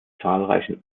zahlreichen